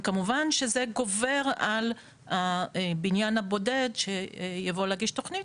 וכמובן שזה גובר על הבניין הבודד שיבוא להגיש תכנית.